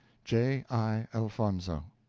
j. i. elfonzo.